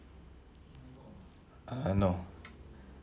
uh no